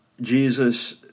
Jesus